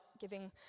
giving